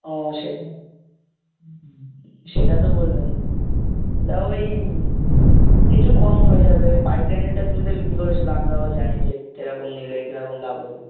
ও সেটা হুম সেটা তো বলবেন দেখো ওই কিছু কম হয়ে যাবে পাইকিরি নিলে তুমি তো বিক্রি করো সে তো আমরাও জানি যে কিরকম নিলে কিরকম লাভ হবে